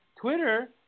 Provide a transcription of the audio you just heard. Twitter